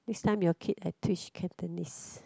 next time your kid I teach Cantonese